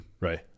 Right